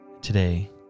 Today